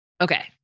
Okay